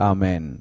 Amen